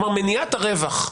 כלומר, זה מניעת הרווח.